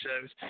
shows